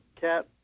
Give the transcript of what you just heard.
cat